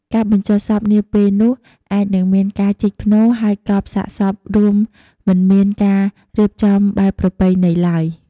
ការបញ្ចុះសពនាពេលនោះអាចនឹង មានការជីកផ្នូរ ហើយកប់សាកសពរួម មិនមានការរៀបចំបែបប្រពៃណីឡើយ។